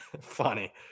Funny